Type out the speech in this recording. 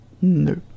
No